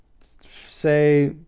say